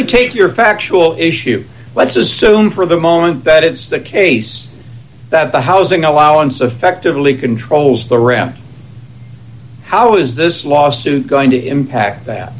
me take your factual issue let's assume for the moment that it is the case that the housing allowance effectively controls the ramp how is this lawsuit going to impact that